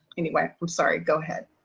anyway, i'm sorry go ahead.